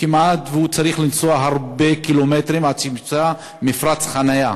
צריך לנסוע הרבה קילומטרים עד שימצא מפרץ חניה.